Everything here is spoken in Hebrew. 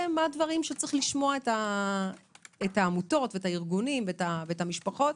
דברים שצריך לשמוע את העמותות והארגונים והמשפחות.